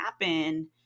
happen